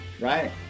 right